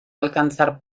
alcanzar